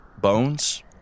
bones